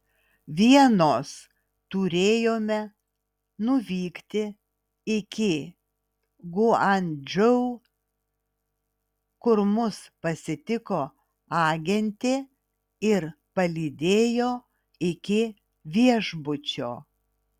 vienos turėjome nuvykti iki guangdžou kur mus pasitiko agentė ir palydėjo iki viešbučio